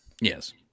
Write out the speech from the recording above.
Yes